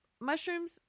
mushrooms